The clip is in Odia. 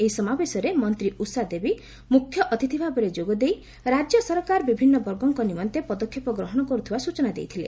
ଏହି ସମାବେଶରେ ମନ୍ତୀ ଉଷା ଦେବୀ ମୁଖ୍ୟଅତିଥି ଭାବେ ଯୋଗଦେଇ ରାକ୍ୟ ସରକାର ବିଭିନ୍ନ ବର୍ଗଙ୍କ ନିମନ୍ତେ ପଦକ୍ଷେପ ଗ୍ରହଶ କରୁଥିବା ସୂଚନା ଦେଇଥିଲେ